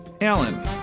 Alan